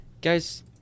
Guys